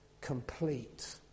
complete